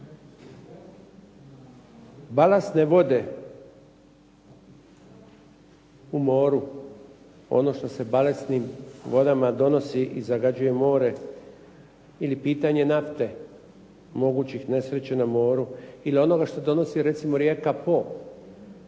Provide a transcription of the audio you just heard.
Balastne vode u moru ono što se balastnim vodama i donosi i zagađuje more ili pitanje nafte mogućih nesreća na moru ili onoga što donosi rijeka Po